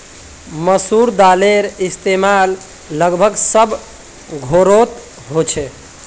मसूर दालेर इस्तेमाल लगभग सब घोरोत होछे